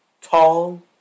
Tall